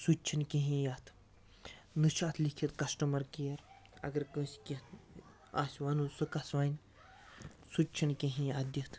سُہ تہِ چھُنہٕ کِہیٖنٛۍ اَتھ نہَ چھُ اَتھ لیٖکھِتھ کَسٹَمَر کِیر اگر کٲنٛسہِ کیٚنٛہہ آسہِ وَنُن سُہ کَس وَنہِ سُہ تہِ چھُنہٕ کِہیٖنٛۍ اَتھ دِتھ